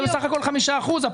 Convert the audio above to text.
זה בסך הכול חמישה אחוזים.